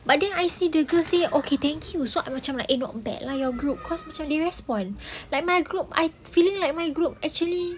but then I see the girl say okay thank you so I macam like eh not bad lah your group cause they respond like my group I feeling like my group actually